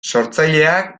sortzaileak